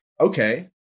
okay